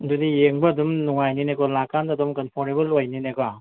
ꯑꯗꯨꯗꯤ ꯌꯦꯡꯕ ꯑꯗꯨꯝ ꯅꯨꯡꯉꯥꯏꯅꯤꯅꯦ ꯀꯣ ꯂꯥꯛꯑꯀꯥꯟꯗ ꯑꯗꯨꯝ ꯀꯝꯐꯣꯔꯇꯦꯕꯜ ꯑꯣꯏꯅꯤꯅꯦ ꯀꯣ